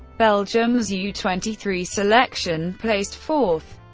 belgium's u twenty three selection placed fourth.